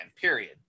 period